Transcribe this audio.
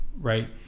right